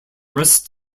rest